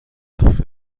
تخفیف